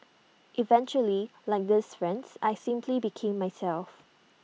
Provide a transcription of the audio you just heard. eventually like these friends I simply became myself